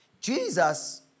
Jesus